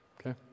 okay